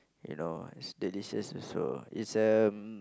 you know it's delicious also it's um